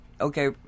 okay